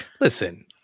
Listen